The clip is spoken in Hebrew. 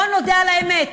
בואו נודה על האמת.